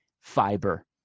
Fiber